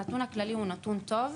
הנתון הכללי הוא נתון טוב,